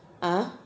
(uh huh)